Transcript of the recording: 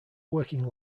working